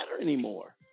anymore